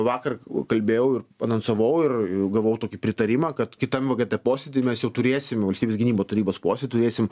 vakar kalbėjau ir anonsavau ir gavau tokį pritarimą kad kitam vgt posėdyje mes jau turėsim valstybės gynimo tarybos posėdį turėsim